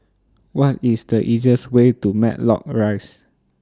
What IS The easiest Way to Matlock Rise